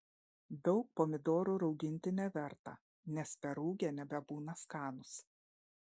daug pomidorų rauginti neverta nes perrūgę nebebūna skanūs